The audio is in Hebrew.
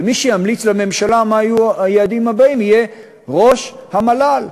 ומי שימליץ לממשלה מה יהיו היעדים הבאים יהיה ראש המל"ל.